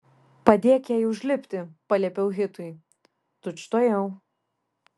padėk jai užlipti paliepiau hitui tučtuojau